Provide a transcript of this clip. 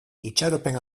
itxaropen